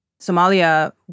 Somalia